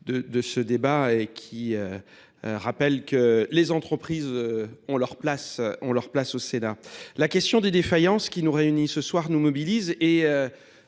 de ce débat qui rappelle que les entreprises ont leur place au Sénat. La question des défaillances qui nous réunit ce soir nous mobilise